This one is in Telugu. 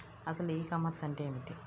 అసలు ఈ కామర్స్ అంటే ఏమిటి?